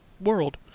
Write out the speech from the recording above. world